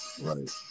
Right